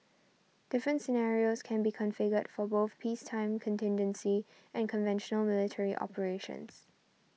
different scenarios can be configured for both peacetime contingency and conventional military operations